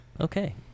Okay